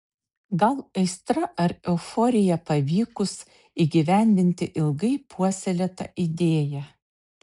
gal aistra ar euforija pavykus įgyvendinti ilgai puoselėtą idėją